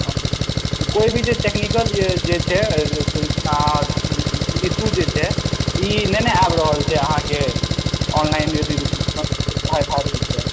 कोइ भी टेक्नीकल जे छै आ इशू जे छै नहि ने आबि रहल छै अहाँकेँ ऑनलाइन यदि पढ़ाइ होइत छै